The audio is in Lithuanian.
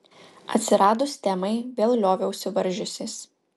atsiradus temai vėl lioviausi varžiusis